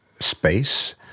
space